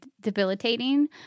debilitating